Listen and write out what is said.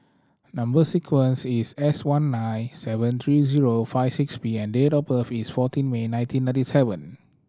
number sequence is S one nine seven three zero five six P and date of birth is fourteen May nineteen ninety seven